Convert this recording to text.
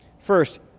First